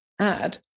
add